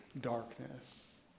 darkness